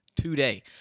today